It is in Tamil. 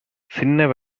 சின்ன